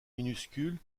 minuscules